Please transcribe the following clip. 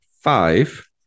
five